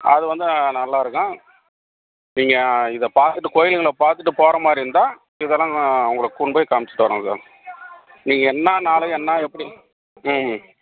அது வந்து நல்லாயிருக்கும் நீங்கள் இதை பார்த்துட்டு கோயிலுங்களை பார்த்துட்டு போகிற மாதிரி இருந்தால் இதெல்லாம் அவங்களுக்கு கொண்டு போய் காமிச்சுட்டு வரோம் சார் நீங்கள் என்ன நாள் என்ன எப்படி ம்